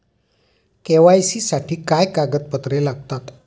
KYC साठी काय कागदपत्रे लागतात?